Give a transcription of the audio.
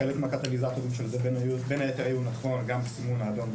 חלק מהקטליזטורים של זה בין היתר היה גם הסימון האדום,